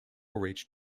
reached